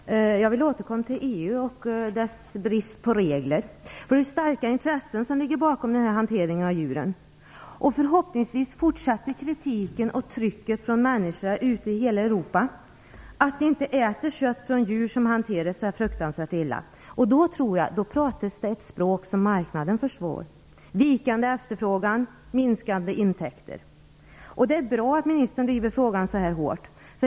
Herr talman! Jag vill återkomma till EU och dess brist på regler. Det är ju starka intressen som ligger bakom frågan om hanteringen av djur. Förhoppningsvis fortsätter kritiken och trycket från människor i hela Europa för att man inte skall äta kött från djur som hanteras så här illa. Då talar man ett språk som marknaden förstår: vikande efterfrågan, minskande intäkter. Det är bra att jordbruksministern driver frågan så hårt.